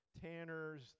tanners